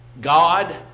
God